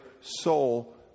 soul